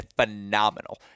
phenomenal